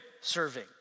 serving